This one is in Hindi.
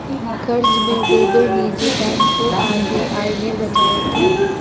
कर्ज में डूबे निजी बैंक को आर.बी.आई ने बचाया था